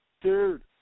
Dude